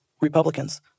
Republicans